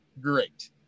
great